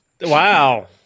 Wow